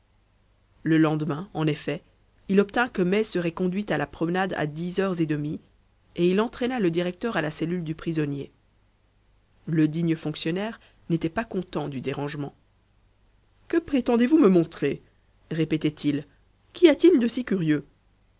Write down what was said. le lendemain en effet il obtint que mai serait conduit à la promenade à dix heures et demie et il entraîna le directeur à la cellule du prisonnier le digne fonctionnaire n'était pas content du dérangement que prétendez-vous me montrer répétait-il qu'y a-t-il de si curieux